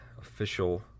official